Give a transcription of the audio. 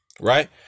right